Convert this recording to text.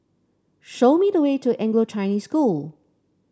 show me the way to Anglo Chinese School